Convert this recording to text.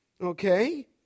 Okay